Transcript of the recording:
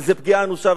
וזו פגיעה אנושה,